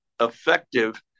effective